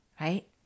right